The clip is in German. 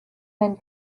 den